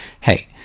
hey